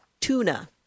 tuna